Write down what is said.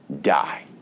die